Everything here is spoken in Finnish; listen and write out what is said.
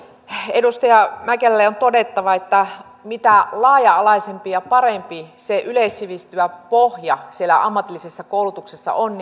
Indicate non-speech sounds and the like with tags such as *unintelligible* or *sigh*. edustaja mäkelälle on todettava että mitä laaja alaisempi ja parempi se yleissivistävä pohja siellä ammatillisessa koulutuksessa on *unintelligible*